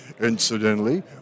incidentally